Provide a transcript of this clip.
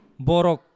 borok